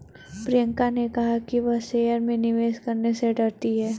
प्रियंका ने कहा कि वह शेयर में निवेश करने से डरती है